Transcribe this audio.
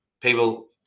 people